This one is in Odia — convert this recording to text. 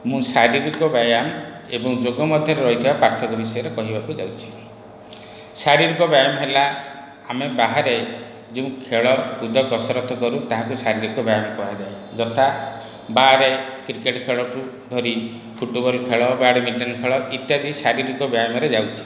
ମୁଁ ଶାରୀରିକ ବ୍ୟାୟାମ ଏବଂ ଯୋଗ ମଧ୍ୟରେ ରହିଥିବା ପାର୍ଥକ୍ୟ ବିଷୟରେ କହିବାକୁ ଯାଉଛି ଶାରୀରିକ ବ୍ୟାୟାମ ହେଲା ଆମେ ବାହାରେ ଯେଉଁ ଖେଳକୁଦ କସରତ କରୁ ତାହାକୁ ଶାରୀରିକ ବ୍ୟାୟାମ କୁହାଯାଏ ଯଥା ବାହାରେ କ୍ରିକେଟ ଖେଳଠୁ ଧରି ଫୁଟବଲ ଖେଳ ବ୍ୟାଡ଼ମିଣ୍ଟନ ଖେଳ ଇତ୍ୟାଦି ଶାରୀରିକ ବ୍ୟାୟାମରେ ଯାଉଛି